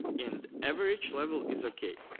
and average level is okay,